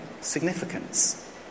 significance